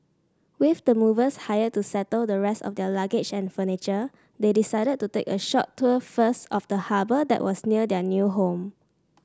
with the movers hired to settle the rest of their luggage and furniture they decided to take a short tour first of the harbour that was near their new home